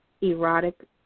Erotic